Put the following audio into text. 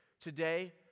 Today